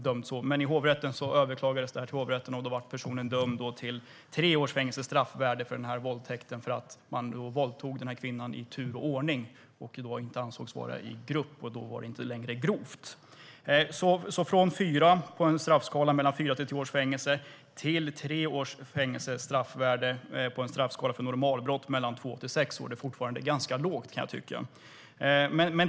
Domen överklagades sedan till hovrätten, och då dömdes personen i stället till tre års fängelse, eftersom rätten menade att gärningsmännen hade våldtagit kvinnan i tur och ordning och inte i grupp, och då var brottet inte längre att anse som grovt. Man gick alltså från fyra år på straffskalan för grovt brott från fyra till tio års fängelse till tre år på straffskalan för brott av normalgraden, som är mellan två och sex år. Det är fortfarande ganska lågt, kan jag tycka.